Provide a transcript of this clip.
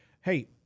Hey